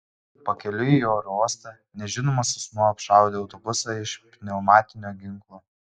pakeliui į oro uostą nežinomas asmuo apšaudė autobusą iš pneumatinio ginklo